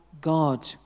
God